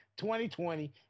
2020